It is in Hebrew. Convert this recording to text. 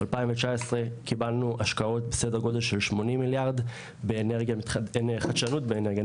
ב-2019 קיבלנו השקעות בסדר גודל של 80 מיליארד בחדשנות באנרגיה,